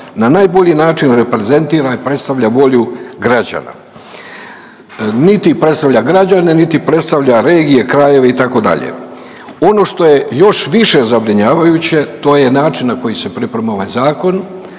da najbolji način reprezentira i predstavlja volju građana. Niti predstavlja građane niti predstavlja regije, krajeve itd. Ono što je još više zabrinjavajuće to je način na koji se priprema ovaj Zakon,